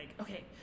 okay